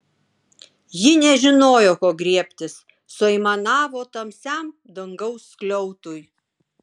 ji nežinojo ko griebtis suaimanavo tamsiam dangaus skliautui